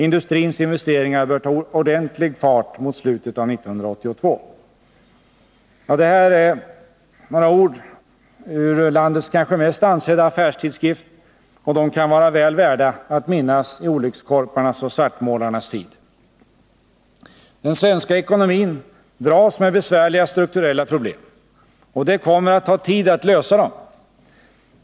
Industrins investeringar bör ta ordentlig fart mot slutet av 1982.” Dessa ord ur landets kanske mest ansedda affärstidskrift kan vara väl värda att minnas i olyckskorparnas och svartmålarnas tid. Den svenska ekonomin dras med besvärliga strukturella problem. Det kommer att ta tid att lösa dem.